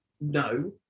no